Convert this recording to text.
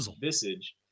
visage